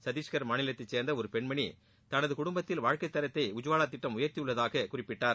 கத்தீஷ்கள் மாநிலத்தை சேர்ந்த ஒரு பெண்மணி தனது குடும்பத்தில் வாழ்க்கைத்தரத்தை உஜ்வாவா திட்டம் உயர்த்தியுள்ளதாக குறிப்பிட்டார்